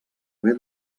haver